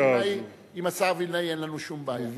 עם השר וילנאי אין לנו שום בעיה.